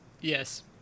Yes